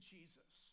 Jesus